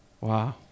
Wow